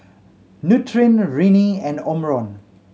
Nutren Rene and Omron